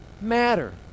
matter